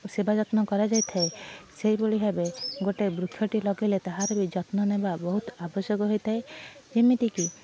ସେବା ଯତ୍ନ କରାଯାଇଥାଏ ସେହିଭଳି ଭାବେ ଗୋଟେ ବୃକ୍ଷଟି ଲଗାଇଲେ ତାହାର ବି ଯତ୍ନ ନେବା ବହୁତ ଆବଶ୍ୟକ ହୋଇଥାଏ ଏମିତିକି